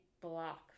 block